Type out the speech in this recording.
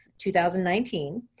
2019